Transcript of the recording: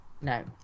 no